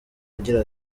agira